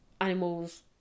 animals